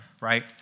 right